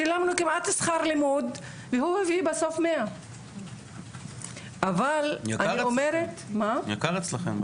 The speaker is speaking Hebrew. שילמנו כמעט שכר לימוד והוא הביא בסוף 100. יקר אצלכם,